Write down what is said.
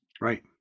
Right